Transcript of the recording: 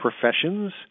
professions